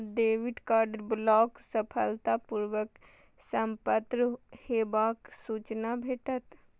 एकर बाद debit card block सफलतापूर्व संपन्न हेबाक सूचना भेटत